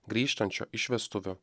grįžtančio iš vestuvių